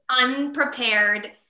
unprepared